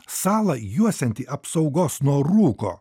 salą juosianti apsaugos nuo rūko